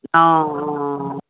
অঁ অঁ